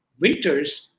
winters